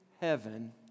heaven